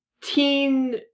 teen